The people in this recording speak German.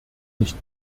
nicht